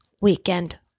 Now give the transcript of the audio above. weekend